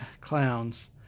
clowns